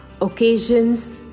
occasions